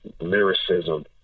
lyricism